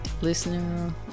listener